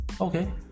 Okay